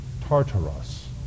Tartarus